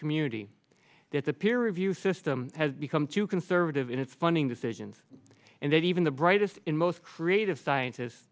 community that the peer review system has become too conservative in its funding decisions and that even the brightest in most creative scientists